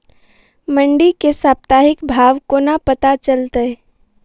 मंडी केँ साप्ताहिक भाव कोना पत्ता चलतै?